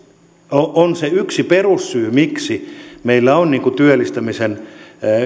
on se yksi perussyy miksi meillä on työllistämisen